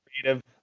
creative